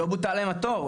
לא בוטל להם התור.